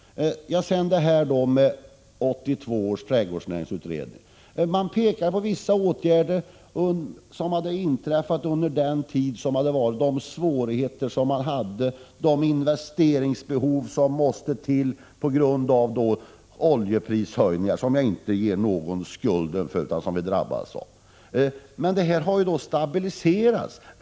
1982 års trädgårdsnäringsutredning pekade på vissa händelser som hade inträffat under den tid som gått, de svårigheter man hade och de investeringar som måste till på grund av oljeprishöjningen — som jag för övrigt inte ger någon skulden för utan som vi helt enkelt drabbades av. Men nu har det här stabiliserats.